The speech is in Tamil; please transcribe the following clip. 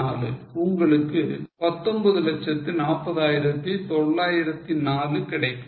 24 உங்களுக்கு 1940904 கிடைக்கும்